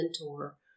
mentor